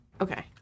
Okay